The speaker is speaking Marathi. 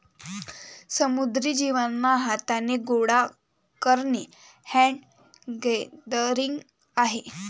समुद्री जीवांना हाथाने गोडा करणे हैंड गैदरिंग आहे